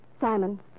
Simon